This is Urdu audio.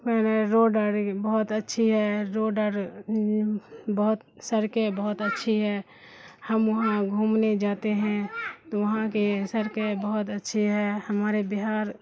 روڈ اور بہت اچھی ہے روڈ اور بہت سڑکیں بہت اچھی ہے ہم وہاں گھومنے جاتے ہیں تو وہاں کے سڑکیں بہت اچھی ہے ہمارے بہار